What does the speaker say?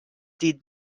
did